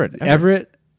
Everett